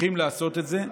צריכים לעשות את זה.